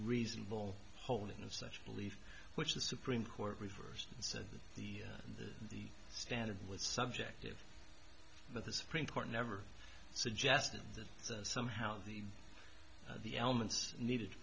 reasonable hold in of such belief which the supreme court reversed and said the standard with subjective but the supreme court never suggested that somehow the the elements needed to